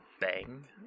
bang